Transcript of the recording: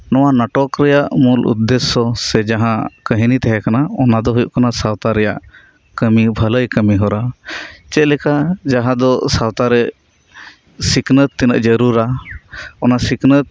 ᱱᱚᱶᱟ ᱱᱟᱴᱚᱠ ᱨᱮᱭᱟᱜ ᱢᱩᱞ ᱩᱫᱽᱫᱮᱥᱥᱚ ᱥᱮ ᱡᱟᱦᱟᱸ ᱠᱟᱦᱤᱱᱤ ᱛᱟᱦᱮᱸ ᱠᱟᱱᱟ ᱚᱱᱟ ᱫᱚ ᱦᱩᱭᱩᱜ ᱠᱟᱱᱟ ᱥᱟᱶᱛᱟ ᱨᱮᱭᱟᱜ ᱠᱟᱹᱢᱤ ᱵᱷᱟᱹᱞᱟᱹᱭ ᱠᱟᱹᱢᱤᱦᱚᱨᱟ ᱪᱮᱫ ᱞᱮᱠᱟ ᱡᱟᱦᱟᱸ ᱫᱚ ᱥᱟᱶᱛᱟᱨᱮ ᱥᱤᱠᱷᱱᱟᱹᱛ ᱛᱤᱱᱟᱹᱜ ᱡᱟᱨᱩᱲᱟ ᱚᱱᱟ ᱥᱤᱠᱷᱱᱟᱹᱛ